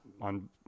on